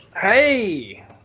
Hey